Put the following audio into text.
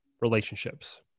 relationships